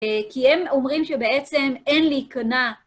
כי הם אומרים שבעצם אין להיכנע